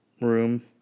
room